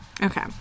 Okay